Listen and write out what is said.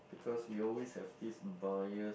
because we always have this bias